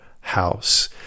house